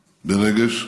ברגש,